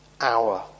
hour